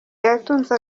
yatunze